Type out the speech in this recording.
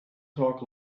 talk